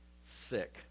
sick